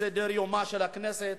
מסדר-יומה של הכנסת.